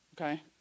Okay